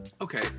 Okay